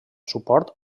suport